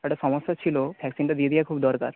একটা সমস্যা ছিল ভ্যাকসিনটা দিয়ে দেওয়া খুব দরকার